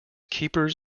keepers